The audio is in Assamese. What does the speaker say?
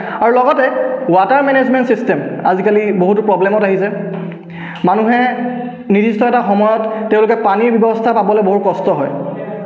আৰু লগতে ৱাটাৰ মেনেজমেণ্ট চিষ্টেম আজিকালি বহুতো প্ৰব্লেমত আহিছে মানুহে নিৰ্দিষ্ট এটা সময়ত তেওঁলোকে পানীৰ ব্যৱস্থা পাবলৈ বহুত কষ্ট হয়